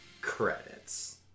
credits